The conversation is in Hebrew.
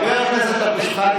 חבר הכנסת אבו שחאדה,